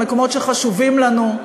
המקומות שחשובים לנו,